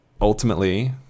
ultimately